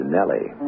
Nellie